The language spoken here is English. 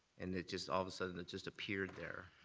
and it just all of a sudden it just appeared there,